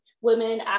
women